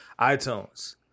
iTunes